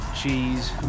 cheese